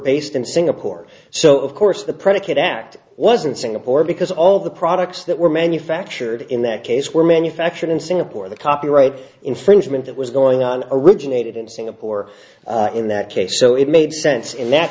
based in singapore so of course the predicate act wasn't singapore because all the products that were manufactured in that case were manufactured in singapore the copyright infringement that was going on originated in singapore in that case so it made sense in that